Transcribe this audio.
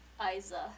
Aiza